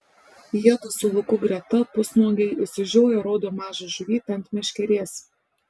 jiedu su luku greta pusnuogiai išsižioję rodo mažą žuvytę ant meškerės